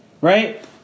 right